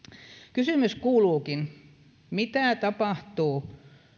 kysymys kuuluukin mitä tapahtuu